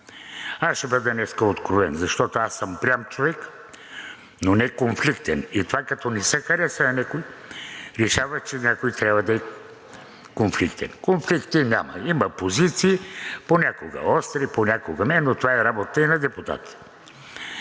Ще бъда днес откровен, защото аз съм прям човек, но не конфликтен, и това като не се хареса на някого, решава, че някой трябва да е конфликтен. Конфликти няма, има позиции – понякога остри, понякога не, но това е работата и на депутата.